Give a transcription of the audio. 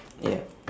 ya